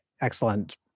excellent